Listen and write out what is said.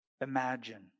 imagine